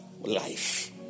life